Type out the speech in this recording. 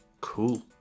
Cool